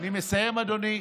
אני מסיים, אדוני.